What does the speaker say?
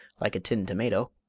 like a tinned tomato.